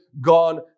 gone